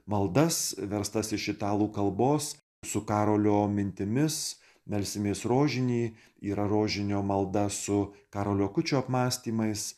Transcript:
maldas verstas iš italų kalbos su karolio mintimis melsimės rožinį yra rožinio maldą su karoliu akučių apmąstymais